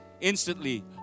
instantly